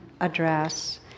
address